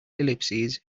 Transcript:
ellipses